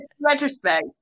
Retrospect